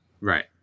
Right